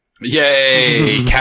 Yay